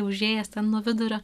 užėjęs ten nuo vidurio